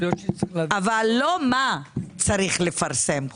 אבל לא מה צריך לפרסם,